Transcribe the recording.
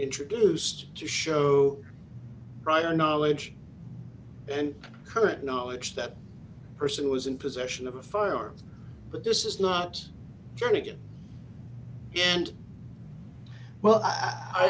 introduced to show prior knowledge and current knowledge that person was in possession of a firearm but this is not turning and well i